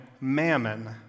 mammon